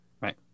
right